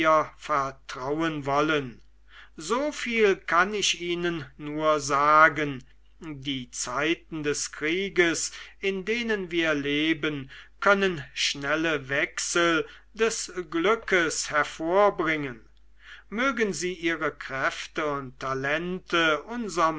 vertrauen wollen so viel kann ich ihnen nur sagen die zeiten des krieges in denen wir leben können schnelle wechsel des glückes hervorbringen mögen sie ihre kräfte und talente unserm